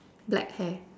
black hair